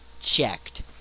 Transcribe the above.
Checked